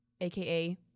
aka